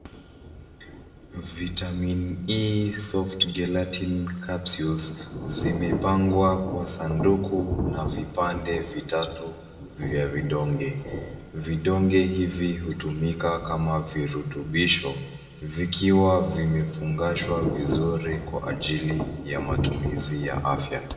Vitamin E soft gelatin capsules zimepangwa kwa sanduku na vipande vitatu vya vidonge. Vidonge hivi hutumika kama virutubisho, vikiwa vimefungashwa vizuri kwa ajili ya matumizi ya afya.